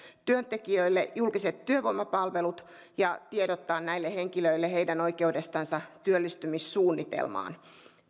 työntekijöille julkiset työvoimapalvelut ja tiedottamaan näille henkilöille heidän oikeudestansa työllistymissuunnitelmaan